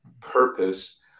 purpose